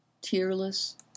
tearless